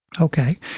okay